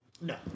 No